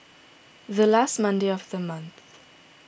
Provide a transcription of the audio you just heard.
the last Monday of the month